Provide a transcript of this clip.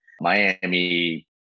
Miami